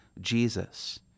Jesus